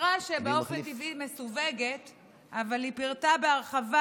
סקירה שבאופן טבעי היא מסווגת אבל היא פירטה בהרחבה